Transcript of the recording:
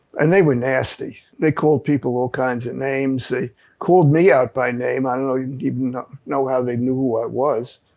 and they were nasty. they called people all kinds of names. they called me out by name. i don't even um know how they knew who i was.